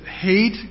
hate